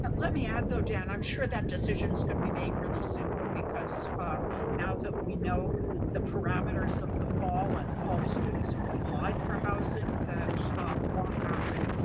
um let me add though, dan, i'm sure that decision is going to be made really soon, because now that we know the parameters of the fall and all students have applied for housing that want housing,